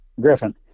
griffin